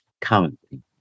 currently